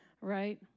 Right